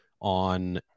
on